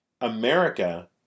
America